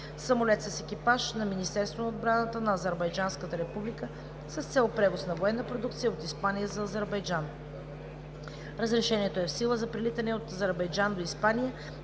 самолет с екипаж на Министерството на отбраната на Азербайджанската република с цел превоз на военна продукция от Испания за Азербайджан. Разрешението е в сила за прелитане от Азербайджан до Испания